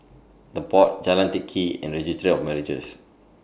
The Pod Jalan Teck Kee and Registry of Marriages